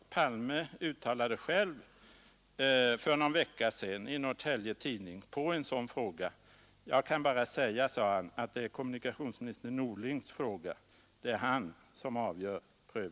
Herr Palme uttalade själv för någon vecka sedan i Norrtelje Tidning som svar på en fråga: ”Jag kan bara a att det här är kommunikationsminister Norlings fråga. Det är han som avgör pröv